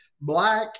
black